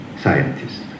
scientists